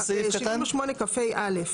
בסעיף 78כה(א).